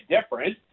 different